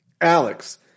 Alex